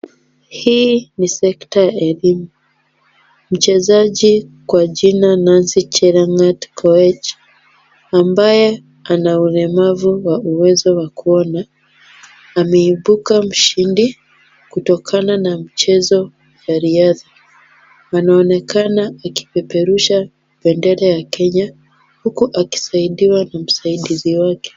Hii ni sekta ya bima. Mchezaji kwa jina Nancy Chelangat Koech ambaye ana ulemavu wa uwezo wa kuona, ameibuka mshindi kutokana na mchezo ya riadha, anaonekana anapeperusha bendera ya kenya huku akisaidiwa na msaidizi wake.